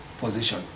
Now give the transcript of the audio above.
position